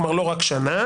כלומר לא רק שנה.